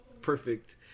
Perfect